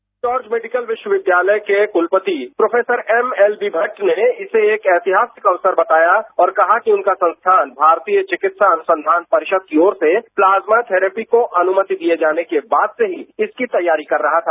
king George medical विश्वविद्यालय के कुलपति प्रो एमएलबी गट्ट ने इसे एक एहतियात के तौर पर बताया और कहा कि उनका संस्थान कि भारतीय विकित्सा अनुसंघान परिषद को और से प्लाज्मा धेरेपी को अनुमति दिए जाने के बाद से ही इसकी तैयारी कर रहा था